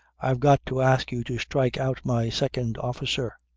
i've got to ask you to strike out my second officer.